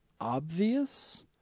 obvious